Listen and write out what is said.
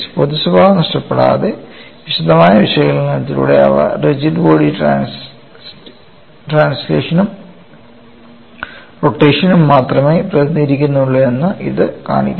പൊതു സ്വഭാവം നഷ്ടപ്പെടാതെ വിശദമായ വിശകലനത്തിലൂടെ അവ റിജിഡ് ബോഡി ട്രാൻസ്ലേഷനും റൊട്ടേഷനും മാത്രമേ പ്രതിനിധീകരിക്കുന്നുള്ളൂ എന്ന് ഇത് കാണിക്കുന്നു